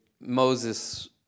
Moses